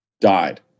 died